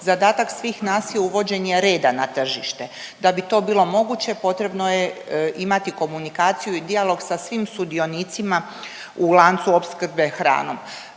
Zadatak svih nas je uvođenje reda na tržište, da bi to bilo moguće potrebno je imati komunikaciju i dijalog sa svim sudionicima u lancu opskrbe hranom.